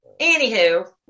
Anywho